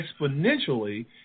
exponentially